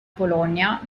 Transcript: polonia